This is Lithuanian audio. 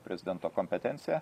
prezidento kompetencija